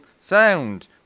sound